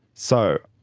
so,